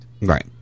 Right